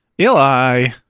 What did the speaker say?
Eli